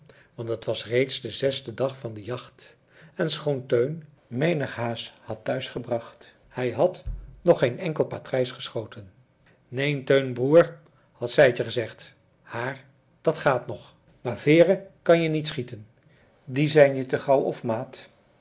want het was reeds de zesde dag van de jacht en schoon teun menig haas had thuisgebracht hij had nog geen enkel patrijs geschoten neen teun broer had sijtje gezegd haar dat gaat nog maar veeren kanje niet schieten die zijn je te gauw of maat